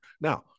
Now